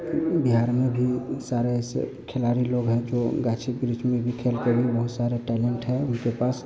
कि बिहार में भी सारे ऐसे खिलाड़ी लोग हैं जो गाछी ब्रिज में भी खेलते भी बहुत सारे टैलेन्ट हैं उनके पास